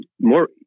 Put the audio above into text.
more